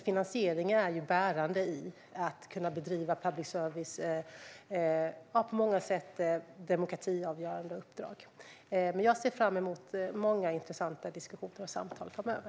Finansiering är nämligen bärande när det gäller att kunna bedriva public service och ett på många sätt demokratiavgörande uppdrag. Jag ser fram emot många intressanta diskussioner och samtal framöver.